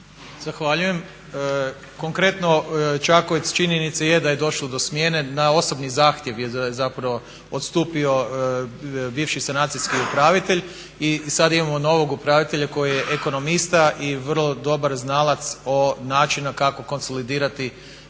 Zahvaljujem. Konkretno Čakovec, činjenica je da je došlo do smjene, na osobni zahtjev je zapravo odstupio bivši sanacijski upravitelj i sad imamo novog upravitelja koji je ekonomista i vrlo dobar znalac o načinu kako konsolidirati